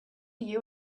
you